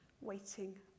waiting